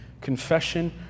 Confession